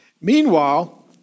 Meanwhile